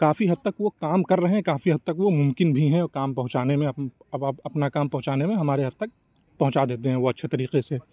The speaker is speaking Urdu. کافی حد تک وہ کام کر رہے ہیں کافی حد تک وہ ممکن بھی ہیں اور کام پہنچانے میں اب آپ اپنا کام پہنچانے میں ہمارے حد تک پہنچا دیتے ہیں وہ اچھے طریقے سے